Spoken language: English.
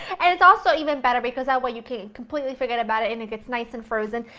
and it's also even better because that way you can completely forget about it and it gets nice and frozen.